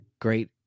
great